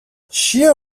shia